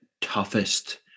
toughest